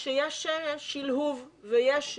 שיש שלהוב ויש זעם.